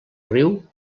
riu